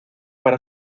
para